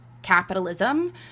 capitalism